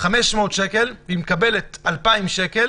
500 שקל קנס, ביחד 2,000 שקל